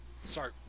Sorry